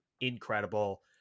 Incredible